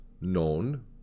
known